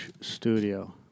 studio